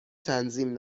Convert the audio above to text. تنظیم